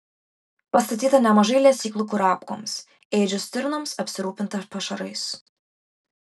pastatyta nemažai lesyklų kurapkoms ėdžių stirnoms apsirūpinta pašarais